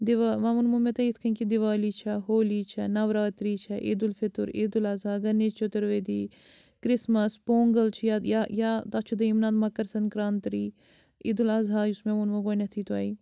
دِوا وۄنۍ ووٚنمو مےٚ تۄہہِ یِتھ کٔنۍ کہِ دیٖوالی چھِ ہولی چھِ نَوراتری چھِ عیٖدالفطر عیٖدالاضحیٰ گنیش چتُرویدی کِرٛسمَس پونٛگَل چھُ یا یا تَتھ چھُ دوٚیِم نَاو مکر سنکرٛانٛتی عیٖدالاضحیٰ یُس مےٚ ووٚنمو گۄڈنیٚتھٕے تۄہہِ